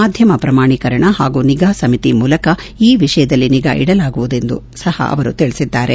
ಮಾಧ್ಯಮ ಪ್ರಮಾಣೀಕರಣ ಹಾಗೂ ನಿಗಾ ಸಮಿತಿ ಮೂಲಕ ಈ ವಿಷಯದಲ್ಲಿ ನಿಗಾ ಇಡಲಾಗುವುದು ಎಂದು ಸಪ ಅವರು ತಿಳಿಸಿದ್ದಾರೆ